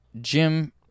Jim